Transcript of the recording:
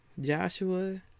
Joshua